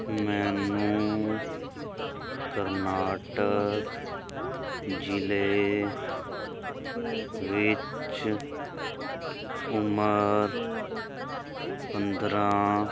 ਮੈਨੂੰ ਕਰਨਾਟਕ ਜ਼ਿਲ੍ਹੇ ਵਿੱਚ ਉਮਰ ਪੰਦਰ੍ਹਾਂ